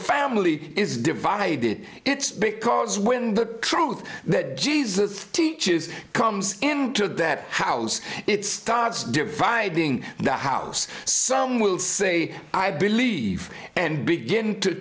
family is divided it's because when the truth that jesus teaches comes into that house it starts dividing the house some will say i believe and begin to